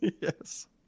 Yes